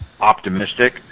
optimistic